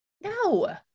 No